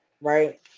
right